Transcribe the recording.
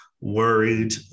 worried